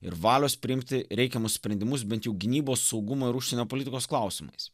ir valios priimti reikiamus sprendimus bent jau gynybos saugumo ir užsienio politikos klausimais